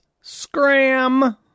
scram